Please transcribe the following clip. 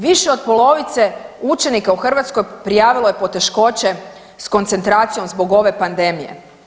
Više od polovice učenika u Hrvatskoj prijavilo je poteškoće s koncentracijom zbog ove pandemije.